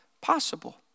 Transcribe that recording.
possible